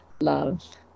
love